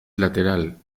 lateral